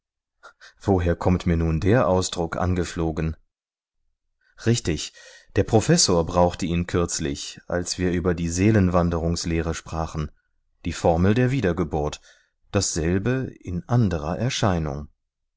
woher kommt mir nun der ausdruck angeflogen richtig der professor brauchte ihn kürzlich als wir über die seelenwanderungslehre sprachen die formel der wiedergeburt dasselbe in anderer erscheinung